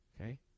Okay